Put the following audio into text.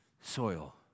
soil